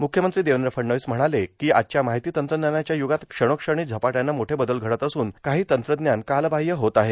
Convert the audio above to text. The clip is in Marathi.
म्रख्यमंत्री देवद्र फडणवीस म्हणाले कों आजच्या मार्ाहती तंत्रज्ञानाच्या युगात क्षणोक्षणी झपाट्याने मोठे बदल घडत असून काही तंत्रज्ञान कालबाह्य होत आहे